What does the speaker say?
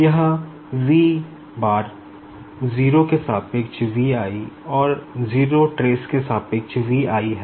यह V bar 0 के सापेक्ष V i और 0 ट्रेस के सापेक्ष V i है